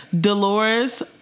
Dolores